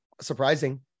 surprising